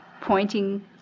pointing